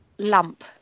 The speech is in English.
Lump